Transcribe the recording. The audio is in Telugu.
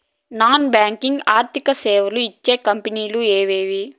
నాన్ బ్యాంకింగ్ ఆర్థిక సేవలు ఇచ్చే కంపెని లు ఎవేవి?